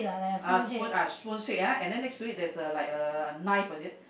uh spoon uh spoon shape ah and then next to it there's a like a knife is it